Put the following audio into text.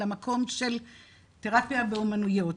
על המקום של תרפיה באומנויות.